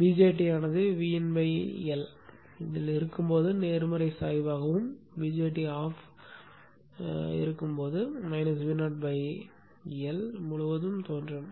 BJT ஆனது VinL இல் இருக்கும் போது நேர்மறை சாய்வாகவும் BJT முடக்கப்பட்டிருக்கும் போது Vo L முழுவதும் தோன்றும்